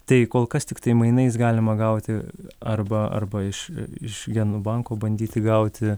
tai kol kas tiktai mainais galima gauti arba arba iš iš genų banko bandyti gauti